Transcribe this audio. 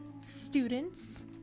Students